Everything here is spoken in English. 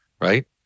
Right